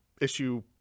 issue